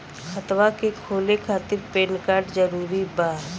खतवा के खोले खातिर पेन कार्ड जरूरी बा?